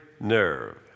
nerve